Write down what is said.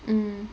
mm